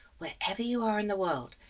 wherever you are in the world,